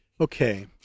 okay